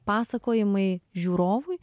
pasakojimai žiūrovui